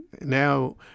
Now